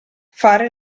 fare